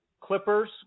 Clippers